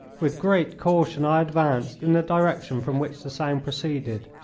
with great caution i advanced in the direction from which the sound proceeded,